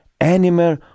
animal